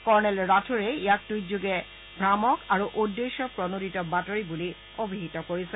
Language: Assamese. কৰ্ণেল ৰাঠোড়ে ইয়াক টুইটযোগে ভ্ৰামক আৰু উদ্দেশ্যে প্ৰণোদিত বাতৰি বুলি অভিহীত কৰিছে